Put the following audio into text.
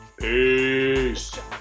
Peace